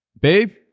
babe